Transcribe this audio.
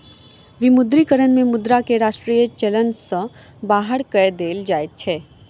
विमुद्रीकरण में मुद्रा के राष्ट्रीय चलन सॅ बाहर कय देल जाइत अछि